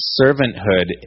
servanthood